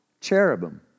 cherubim